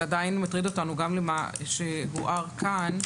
זה עדיין מטריד אותנו גם לגבי מה שנאמר כאן.